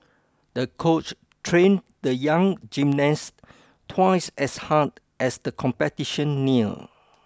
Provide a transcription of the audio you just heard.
the coach trained the young gymnast twice as hard as the competition near